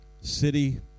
city